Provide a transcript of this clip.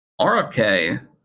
RFK